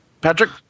Patrick